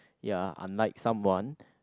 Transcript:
ya unlike someone